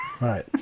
Right